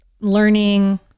learning